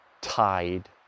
tied